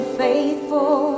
faithful